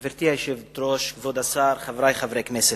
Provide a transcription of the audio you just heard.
גברתי היושבת-ראש, כבוד השר, חברי חברי הכנסת,